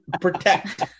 protect